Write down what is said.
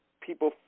people